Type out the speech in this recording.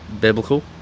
biblical